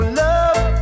love